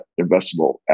investable